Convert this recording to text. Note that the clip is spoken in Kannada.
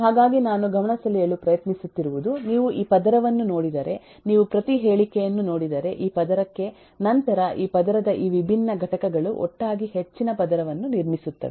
ಹಾಗಾಗಿ ನಾನು ಗಮನಸೆಳೆಯಲು ಪ್ರಯತ್ನಿಸುತ್ತಿರುವುದು ನೀವು ಈ ಪದರವನ್ನು ನೋಡಿದರೆ ನೀವು ಪ್ರತಿ ಹೇಳಿಕೆಯನ್ನು ನೋಡಿದರೆ ಈ ಪದರಕ್ಕೆ ನಂತರ ಈ ಪದರದ ಈ ವಿಭಿನ್ನ ಘಟಕಗಳು ಒಟ್ಟಾಗಿ ಹೆಚ್ಚಿನ ಪದರವನ್ನು ನಿರ್ಮಿಸುತ್ತವೆ